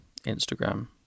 instagram